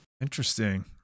Interesting